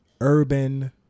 urban